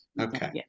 okay